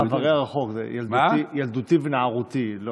זה בעברי הרחוק, בילדותי ונערותי.